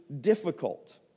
difficult